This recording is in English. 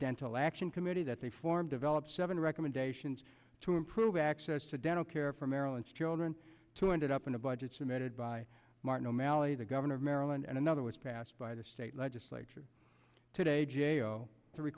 dental action committee that they formed developed seven recommendations to improve access to dental care for maryland's children two ended up in the budget submitted by martin o'malley the governor of maryland and another was passed by the state legislature today